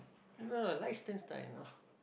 no Liechtenstein you know